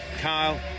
Kyle